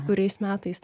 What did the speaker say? kuriais metais